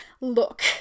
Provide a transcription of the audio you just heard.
look